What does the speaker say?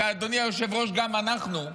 אדוני היושב-ראש, גם אנחנו,